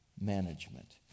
management